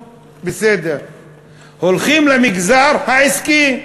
הולכים למגזר העסקי.